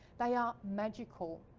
they are magical.